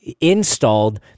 installed